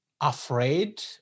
afraid